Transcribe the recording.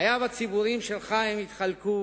חייו הציבוריים של חיים נחלקו